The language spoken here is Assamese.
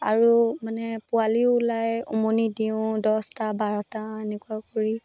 আৰু মানে পোৱালিও ওলাই উমনি দিওঁ দছটা বাৰটা এনেকুৱা কৰি